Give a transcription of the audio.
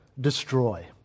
destroy